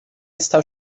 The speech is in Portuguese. está